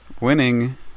Winning